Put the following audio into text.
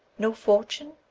no fortune,